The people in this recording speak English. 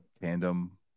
tandem